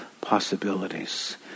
possibilities